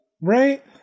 right